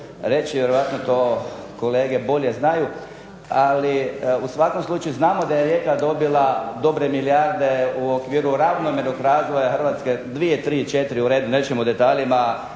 reći, vjerojatno to kolege bolje znaju. Ali u svakom slučaju znamo da je Rijeka dobila dobre milijarde u okviru ravnomjernog razvoja Hrvatske, dvije, tri, četiri, u redu, nećemo u detaljima,